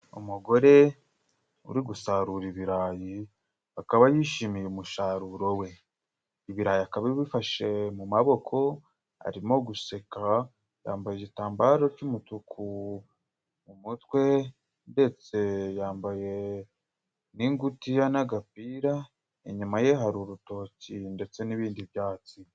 Umugore uri gusarura ibirayi akaba yishimiye umusaruro we ibirayi akabafashe mu maboko arimo guseka yambaye igitambaro cy'umutuku mu mutwe ndetse yambaye n'ingutiya n'agapira inyuma ye hari urutoki ndetse n'ibindi byatsi.